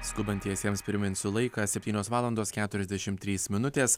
skubantiesiems priminsiu laiką septynios valandos keturiasdešim trys minutės